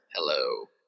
Hello